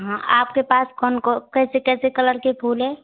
हाँ आपके पास कौन कौन कैसे कैसे कलर के फूल है